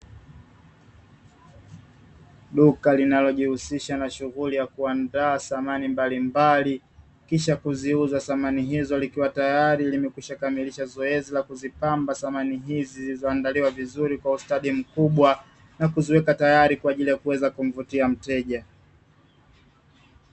Duka linalojihusisha na shughuli ya kuandaa samani mbalimbali kisha kuziuza samani hizo, likiwa tayari limekwishakamilisha zoezi la kuzipamba samani hizi zilizoandaliwa vizuri kwa ustadi mkubwa na kuziweka tayari kwa ajili ya kuweza kumvutia mteja.